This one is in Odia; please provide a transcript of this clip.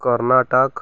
କର୍ଣ୍ଣାଟକ